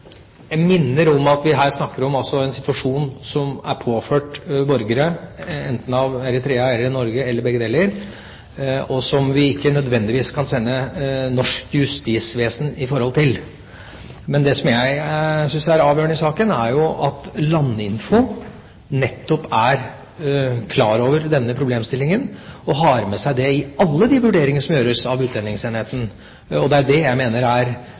Jeg minner om at vi her snakker om en situasjon som er påført borgere, enten av Eritrea eller Norge eller begge deler, og som vi ikke nødvendigvis kan bruke norsk justisvesen på. Det jeg synes er avgjørende i saken, er at Landinfo nettopp er klar over denne problemstillingen og har med seg det i alle de vurderinger som gjøres av utlendingsenheten. Det jeg mener vi bør være observante på, er at når man fatter vedtak i Norge med konsekvenser for borgere som er